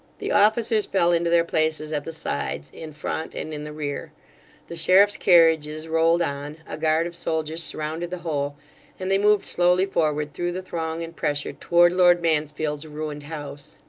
the officers fell into their places at the sides, in front and in the rear the sheriffs' carriages rolled on a guard of soldiers surrounded the whole and they moved slowly forward through the throng and pressure toward lord mansfield's ruined house.